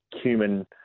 human